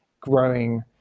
growing